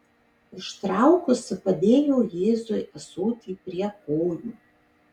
ištraukusi padėjo jėzui ąsotį prie kojų